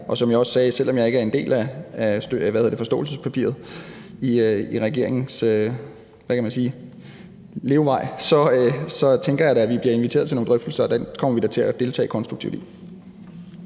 Og som jeg også sagde, at selv om vi ikke er en del af forståelsespapiret, regeringens levevej, tænker jeg da, at vi bliver inviteret til nogle drøftelser, og dem kommer vi da til at deltage konstruktivt i.